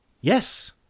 Yes